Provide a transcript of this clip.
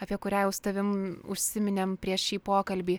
apie kurią jau su tavim užsiminėm prieš šį pokalbį